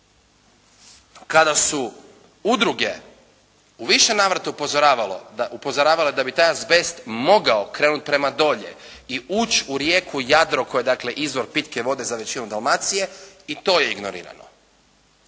Kada su udruge u više navrata upozoravalo, upozoravale da bi taj azbest mogao krenuti prema dolje i ući u rijeku Jadro koja je dakle izvor pitke vode za većinu Dalmacije i to je ignorirano.